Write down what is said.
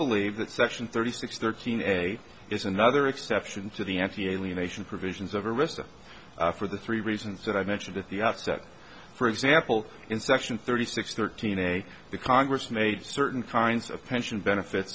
believe that section thirty six thirteen a is another exception to the n t alienation provisions of arista for the three reasons that i mentioned at the outset for example in section thirty six thirteen a the congress made certain kinds of pension benefits